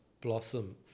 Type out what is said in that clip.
blossom